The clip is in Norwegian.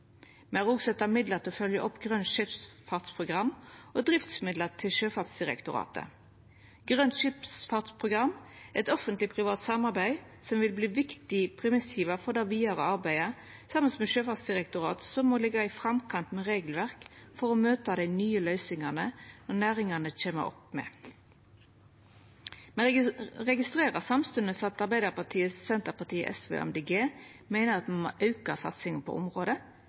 Me har òg sett av midlar til å følgja opp Grønt skipsfartsprogram og driftsmidlar til Sjøfartsdirektoratet. Grønt skipsfartsprogram er eit offentleg-privat samarbeid som vil verta ein viktig premissgjevar for det vidare arbeidet, saman med Sjøfartsdirektoratet, som må liggja i framkant med regelverk for å møta dei nye løysingane næringane kjem opp med. Eg registrerer samstundes at Arbeidarpartiet, Senterpartiet, SV og Miljøpartiet Dei Grøne meiner at me må auka satsinga på området,